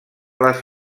les